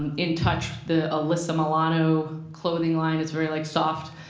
and in touch, the alyssa milano clothing line is very like soft.